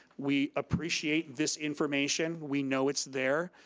we appreciate this information. we know it's there,